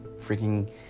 freaking